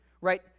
right